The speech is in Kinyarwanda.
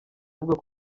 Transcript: avuga